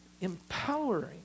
empowering